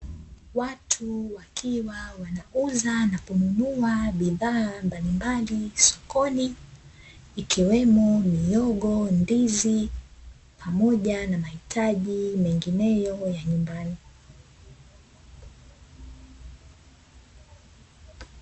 Watu wakiwa wanauza na kununua bidhaa mbalimbali sokoni, ikiwemo miogo ndizi pamoja na mahitaji mengineyo ya nyumbani.